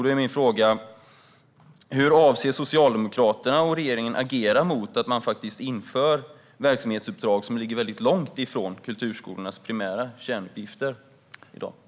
Då är min fråga: Hur avser Socialdemokraterna och regeringen att agera mot att man inför verksamhetsuppdrag som ligger väldigt långt från kulturskolornas primära kärnuppgifter i dag?